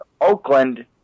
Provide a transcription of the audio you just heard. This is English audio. Oakland